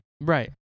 Right